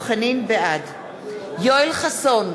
בעד יואל חסון,